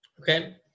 Okay